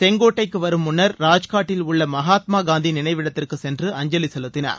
செங்கோட்டைக்கு வரும் முன்னா் ராஜ்காட்டில் உள்ள மகாத்மா காந்தி நினைவிடத்திற்கு சென்று அஞ்சலி செலுத்தினார்